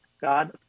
God